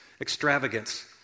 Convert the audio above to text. Extravagance